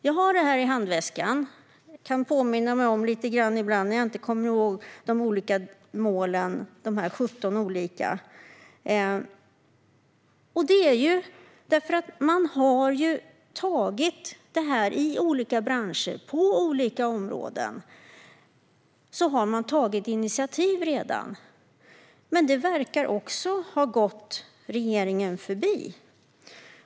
Jag har kortet i handväskan för att påminna mig själv när jag inte kommer ihåg de olika 17 målen. I olika branscher har man redan tagit initiativ på olika områden, även det någonting som verkar ha gått regeringen förbi.